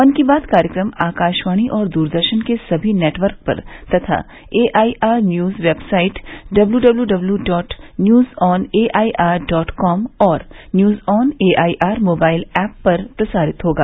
मन की बात कार्यक्रम आकाशवाणी और दूरदर्शन के सभी नेटवर्क पर तथा AIR news website W W W dot news on A I R dot com और news on AIR mobile app पर प्रसारित होगा